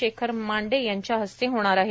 शेखर मांडे यांच्या हस्ते होणार आहे